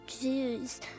Jews